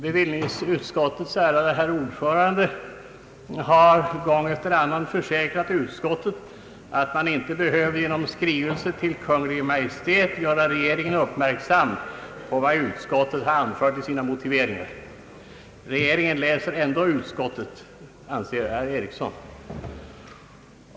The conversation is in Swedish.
Bevillningsutskottets ärade herr ordförande har gång efter annan försäkrat utskottet att man inte behöver genom skrivelser till Kungl. Maj:t göra rege ringen uppmärksam på vad utskottet anfört. Regeringen läser ändå vad utskottet sagt, anser herr Ericsson.